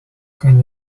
can